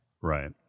Right